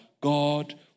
God